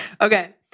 Okay